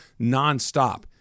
nonstop